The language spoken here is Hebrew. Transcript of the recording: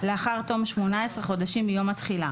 לאחר תום 18 חודשים מיום התחילה